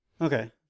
Okay